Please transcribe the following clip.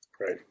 Right